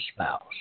spouse